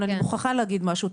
אני מוכרחה להגיד משהו.